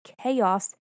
chaos